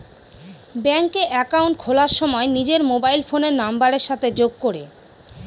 ব্যাঙ্কে একাউন্ট খোলার সময় নিজের মোবাইল ফোনের নাম্বারের সাথে যোগ করে